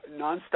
nonstop